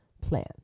plan